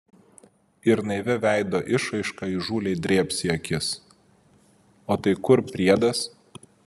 ir naivia veido išraiška įžūliai drėbs į akis o tai kur priedas